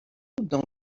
dans